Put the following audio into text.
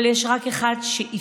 אבל יש רק אחד שאִפשר,